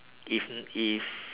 if if